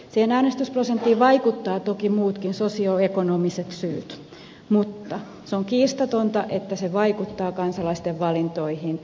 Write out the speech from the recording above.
siihen äänestysprosenttiin vaikuttavat toki muutkin sosioekonomiset syyt mutta se on kiistatonta että se vaikuttaa kansalaisten valintoihin